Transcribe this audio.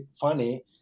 funny